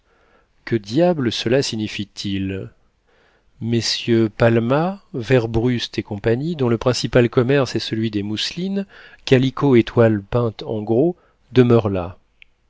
que diable cela signifie t il messieurs palma werbrust et compagnie dont le principal commerce est celui des mousselines calicots et toiles peintes en gros demeurent là